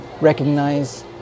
recognize